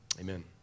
Amen